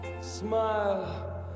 smile